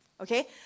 okay